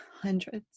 Hundreds